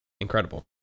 incredible